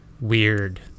weird